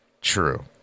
true